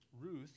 Ruth